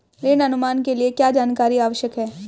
ऋण अनुमान के लिए क्या जानकारी आवश्यक है?